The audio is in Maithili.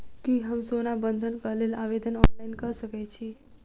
की हम सोना बंधन कऽ लेल आवेदन ऑनलाइन कऽ सकै छी?